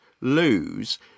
lose